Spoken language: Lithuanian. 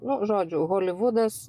nu žodžiu holivudas